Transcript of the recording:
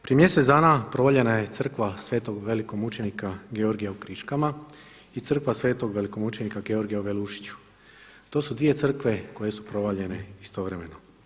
Prije mjesec dana provaljena je Crkva sv. Velikog mučenika Georgija u Kriškama i Crkva Svetog velikomučenika Georgija u Velušiću, to su dvije crkve koje su provaljene istovremeno.